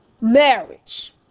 marriage